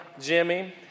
Jimmy